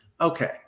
okay